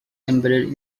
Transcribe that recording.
embedded